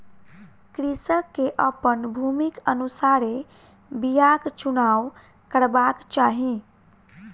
कृषक के अपन भूमिक अनुसारे बीयाक चुनाव करबाक चाही